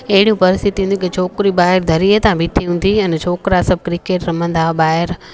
अहिड़ियूं परिस्थितियूं हूंदियूं की छोकिरियूं ॿाहिरि दरीअ था बिठी हूंदी अने छोकिरा सभु क्रिकेट रमंदा हुआ ॿाहिरि